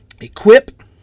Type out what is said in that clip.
equip